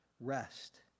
rest